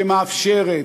שמאפשרת,